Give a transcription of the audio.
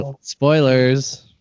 Spoilers